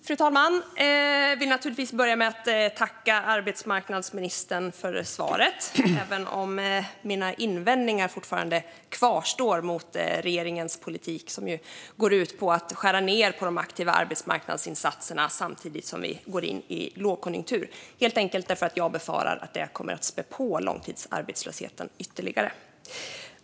Fru talman! Jag vill naturligtvis börja med att tacka arbetsmarknadsministern för svaret även om mina invändningar fortfarande kvarstår mot regeringens politik, som går ut på att skära ned på de aktiva arbetsmarknadsinsatserna samtidigt som vi går in i lågkonjunktur - helt enkelt för att jag befarar att detta kommer att spä på långtidsarbetslösheten ytterligare.